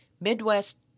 Midwest